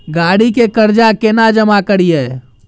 गाड़ी के कर्जा केना जमा करिए?